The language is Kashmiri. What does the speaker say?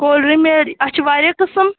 کولڈ ڈرٛینک میٚلہِ اتھ چھِ واریاہ قٕسم